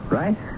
right